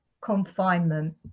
confinement